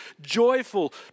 joyful